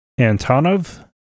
Antonov